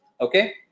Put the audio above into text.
Okay